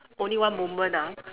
only one moment ah